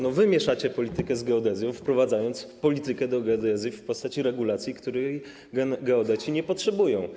To wy mieszacie politykę z geodezją, wprowadzając politykę do geodezji w postaci regulacji, której geodeci nie potrzebują.